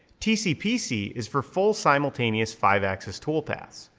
tcpc is for full simultaneous five axis toolpaths.